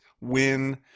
win